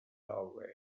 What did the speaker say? doorway